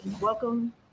Welcome